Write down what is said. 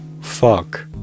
Fuck